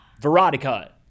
Veronica